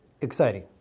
exciting